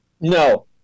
No